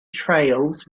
trails